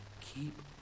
keep